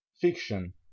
fiction